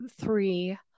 three